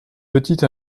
petite